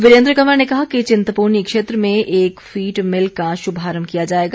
वीरेन्द्र कंवर ने कहा कि चिंतपूर्णी क्षेत्र में एक फीड भिल का शुभारंभ किया जाएगा